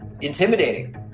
intimidating